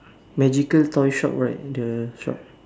magical toy shop right the shop